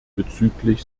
bezüglich